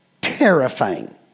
terrifying